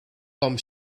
com